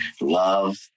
love